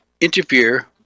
interfere